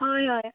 हय हय